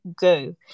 go